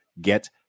get